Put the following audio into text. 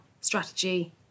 strategy